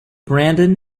brandon